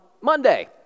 Monday